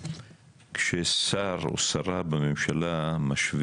בואו נשמע